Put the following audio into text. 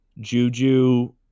Juju